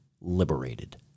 liberated